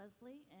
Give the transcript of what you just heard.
Leslie